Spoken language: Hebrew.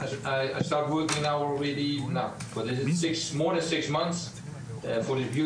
אני מכהן בתפקיד כבר יותר משישה חודשים בארצכם